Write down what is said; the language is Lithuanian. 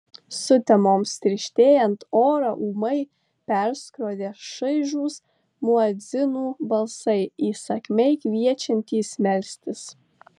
sutemoms tirštėjant orą ūmai perskrodė šaižūs muedzinų balsai įsakmiai kviečiantys melstis